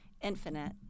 infinite